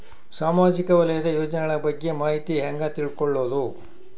ಸಾಮಾಜಿಕ ವಲಯದ ಯೋಜನೆಗಳ ಬಗ್ಗೆ ಮಾಹಿತಿ ಹ್ಯಾಂಗ ತಿಳ್ಕೊಳ್ಳುದು?